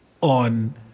on